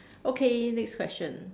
okay next question